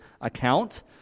account